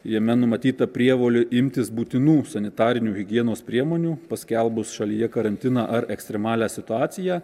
jame numatyta prievolė imtis būtinų sanitarinių higienos priemonių paskelbus šalyje karantiną ar ekstremalią situaciją